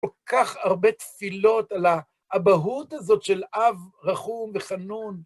כל כך הרבה תפילות על האבהות הזאת, של אב רחום וחנון.